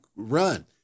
run